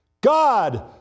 God